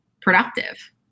productive